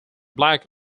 black